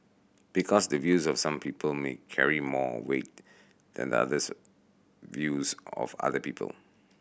because the views of some people may carry more weight than others views of other people